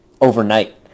overnight